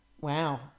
Wow